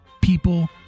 people